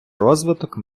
розвиток